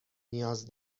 نیاز